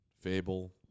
fable